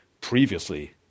previously